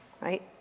right